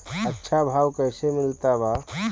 अच्छा भाव कैसे मिलत बा?